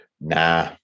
nah